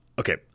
okay